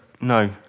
no